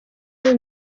kuri